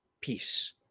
peace